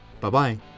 Bye-bye